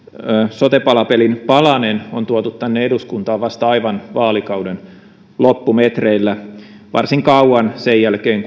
sote palapelin palanen on tuotu tänne eduskuntaan vasta aivan vaalikauden loppumetreillä varsin kauan sen jälkeen